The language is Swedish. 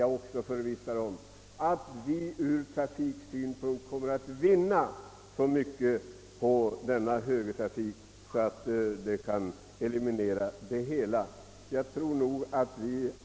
Jag är också förvissad om att vi från trafiksynpunkt kommer att vinna så mycket på denna högertrafik att det uppväger nackdelarna.